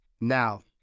now